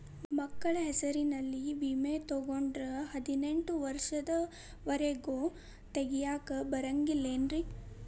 ಮಕ್ಕಳ ಹೆಸರಲ್ಲಿ ವಿಮೆ ತೊಗೊಂಡ್ರ ಹದಿನೆಂಟು ವರ್ಷದ ಒರೆಗೂ ತೆಗಿಯಾಕ ಬರಂಗಿಲ್ಲೇನ್ರಿ?